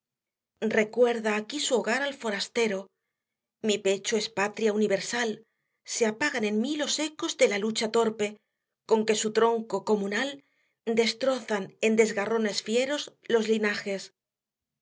eecuerda aquí su hogar al forastero mi pecho es patria universal se apagan en mí los ecos de la lucha torpe con que su tronco comunal destrozan en desgarrones fieros los linajes